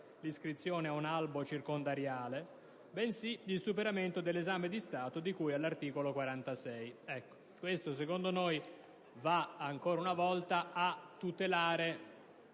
«l'iscrizione ad un albo circondariale», bensì «il superamento dell'esame di Stato di cui all'articolo 46». Questo, secondo noi, va ancora una volta a tutelare